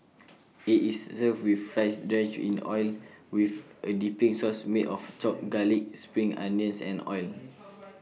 IT is served with rice drenched in oil with A dipping sauce made of chopped garlic spring onions and oil